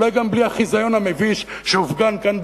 ואולי גם בלי החיזיון המביש שהופגן כאן,